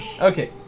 Okay